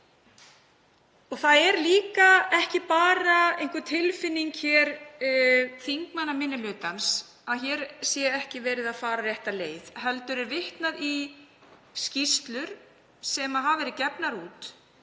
Það er ekki bara einhver tilfinning þingmanna minni hlutans að hér sé ekki verið að fara rétta leið heldur er vitnað í skýrslur sem hafa verið gefnar út